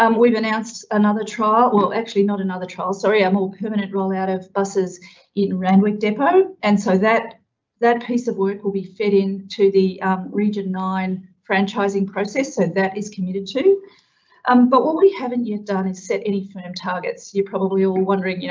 um we've announced another trial, or actually not another trial, sorry, i'm all permanent roll out of buses in randwick depot and so that that piece of work will be fed into the region nine franchising process. so that is committed to um but what we haven't yet done is set any firm targets. you're probably all wondering, you